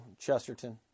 Chesterton